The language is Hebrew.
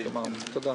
תודה.